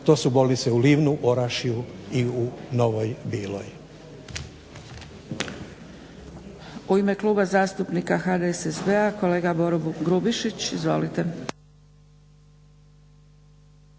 to su bolnice u Livnu, Orašju i u Novoj Biloj.